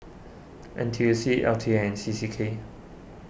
N T U C L T A and C C K